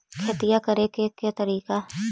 खेतिया करेके के तारिका?